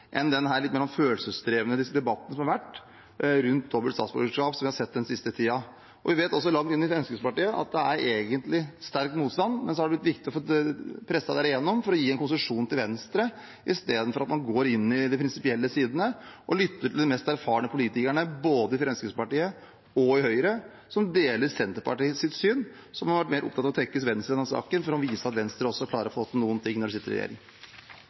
siste tiden. Vi vet også at det langt inn i Fremskrittspartiet egentlig er sterk motstand, men så har det vært viktig å få presset dette gjennom for å gi en konsesjon til Venstre. I stedet for å gå inn i de prinsipielle sidene og lytte til de mest erfarne politikerne i både Fremskrittspartiet og Høyre, som deler Senterpartiets syn, har man vært mer opptatt av å tekkes Venstre i denne saken for å vise at også Venstre klarer å få til noe når de sitter i regjering.